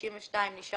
סעיף 92 נשאר